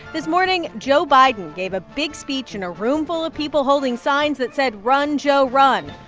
this morning, joe biden gave a big speech in a roomful of people holding signs that said, run, joe, run.